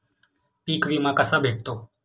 पीक विमा कसा भेटतो?